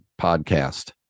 podcast